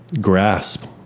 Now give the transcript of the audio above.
grasp